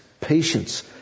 patience